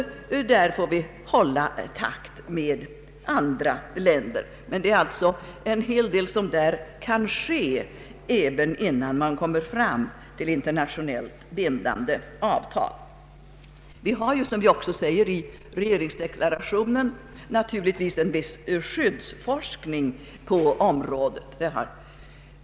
Där får vi söka hålla takt med andra länder. Det kan alltså uträttas en hel del innan vi kommer fram till ett internationellt bindande avtal. Vi har också, vilket omnämns i regeringsdeklarationen, här i Sverige en skyddsforskning på området.